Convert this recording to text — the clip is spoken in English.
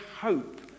hope